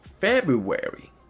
february